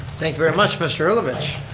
thank you very much, mr. herlovich.